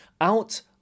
out